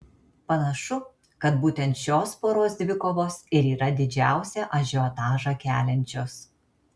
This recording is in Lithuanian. panašu kad būtent šios poros dvikovos ir yra didžiausią ažiotažą keliančios